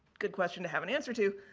good question to have an answer to.